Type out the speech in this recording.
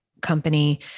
company